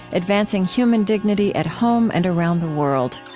advancing human dignity at home and around the world.